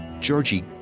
Georgie